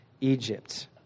Egypt